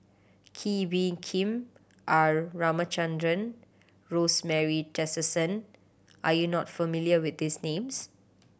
Kee Bee Khim R Ramachandran Rosemary Tessensohn are you not familiar with these names